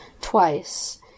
twice